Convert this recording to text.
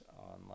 online